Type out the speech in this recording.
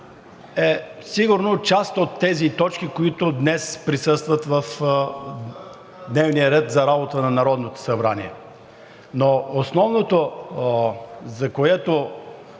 сигурно е част от тези точки, които днес присъстват в дневния ред за работа на Народното събрание, но основното, за което